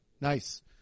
Nice